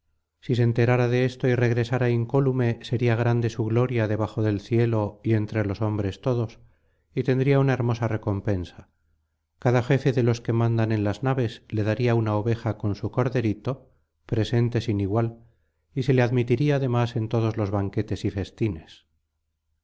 si se enterara de esto y regresara incólume sería grande su gloria debajo del cielo y entre los hombres todos y tendría una hermosa recompensa cada jefe de los que mandan en las naves le daría una oveja con su corderito presente sin igual y se le admitiría además en todos los banquetes y festines